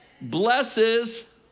blesses